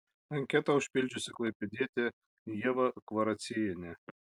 anketą užpildžiusi klaipėdietė ieva kvaraciejienė